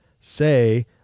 say